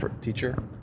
teacher